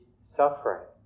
suffering